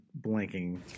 blanking